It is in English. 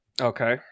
Okay